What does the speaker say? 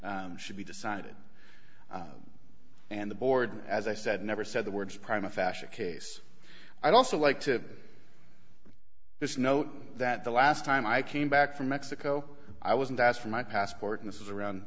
and should be decided and the board as i said never said the words prime a fashion case i'd also like to this note that the last time i came back from mexico i wasn't asked for my passport and this is around